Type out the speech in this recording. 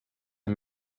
and